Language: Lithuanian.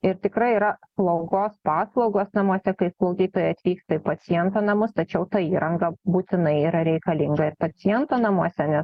ir tikrai yra slaugos paslaugos namuose kai slaugytoja atvyksta į paciento namus tačiau ta įranga būtinai yra reikalinga ir paciento namuose nes